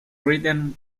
written